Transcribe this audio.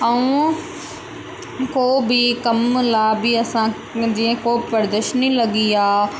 ऐं को बि कमु लाइ बि असां जीअं को प्रदर्शनी लॻी आहे